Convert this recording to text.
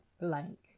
blank